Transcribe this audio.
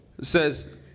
says